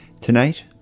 Tonight